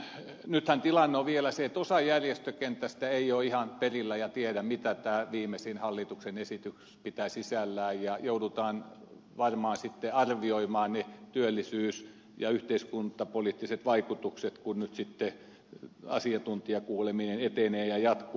nythän tilanne on vielä se että osa järjestökentästä ei ole ihan perillä eikä tiedä mitä tämä viimeisin hallituksen esitys pitää sisällään ja joudutaan varmaan sitten arvioimaan ne työllisyys ja yhteiskuntapoliittiset vaikutukset kun nyt sitten asiantuntijakuuleminen etenee ja jatkuu